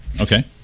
Okay